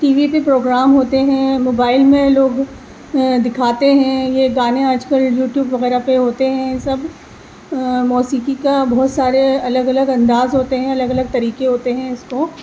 T V پہ programme ہوتے ہیں موبائل میں لوگ دکھاتے ہیں یہ گانے آج کل یوٹیوب وغیرہ پہ ہوتے ہیں سب موسیقی کا بہت سارے الگ الگ انداز ہوتے ہیں الگ الگ طریقے ہوتے ہیں اس کو